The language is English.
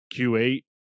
Q8